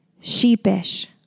Sheepish